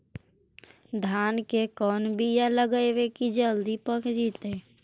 धान के कोन बियाह लगइबै की जल्दी पक जितै?